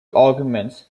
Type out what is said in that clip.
arguments